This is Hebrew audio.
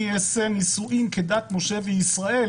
אני אעשה נישואים כדת משה וישראל,